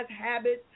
habits